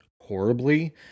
horribly